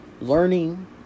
learning